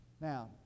Now